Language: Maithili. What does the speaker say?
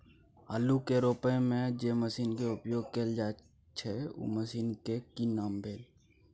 आलू के रोपय में जे मसीन के उपयोग कैल जाय छै उ मसीन के की नाम भेल?